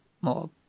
more